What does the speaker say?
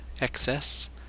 Excess